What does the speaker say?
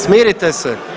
Smirite se.